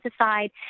aside